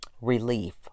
relief